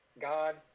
God